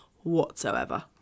whatsoever